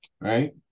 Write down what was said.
Right